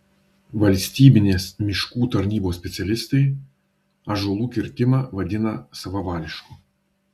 valstybinės miškų tarnybos specialistai ąžuolų kirtimą vadina savavališku